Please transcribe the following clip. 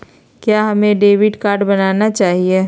क्या हमें debit card बनाना चाहिए?